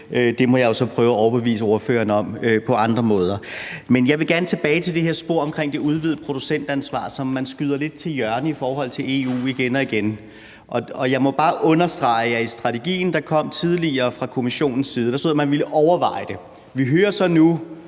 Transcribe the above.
Det må jeg jo så prøve at overbevise ordføreren om at gøre på andre måder. Men jeg vil gerne tilbage til det her spor omkring det udvidede producentansvar, som man igen og igen skyder lidt til hjørne i forhold til EU. Og jeg må bare understrege, at i strategien, der kom tidligere fra Kommissionens side, stod der, at man ville overveje det. Vi hører så nu,